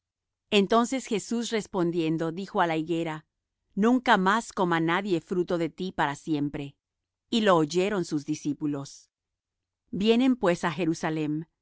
entonces jesús respondiendo dijo á la higuera nunca más coma nadie fruto de ti para siempre y lo oyeron sus discípulos vienen pues á jerusalem